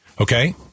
Okay